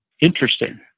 Interesting